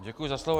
Děkuji za slovo.